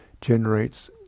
generates